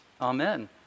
Amen